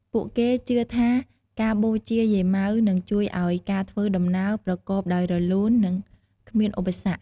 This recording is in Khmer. ពួកគេជឿថាការបូជាយាយម៉ៅនឹងជួយឱ្យការធ្វើដំណើរប្រកបដោយរលូន និងគ្មានឧបសគ្គ។